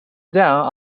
down